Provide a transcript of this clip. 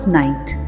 night